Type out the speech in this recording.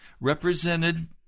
represented